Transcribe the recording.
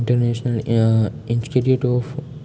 international institute of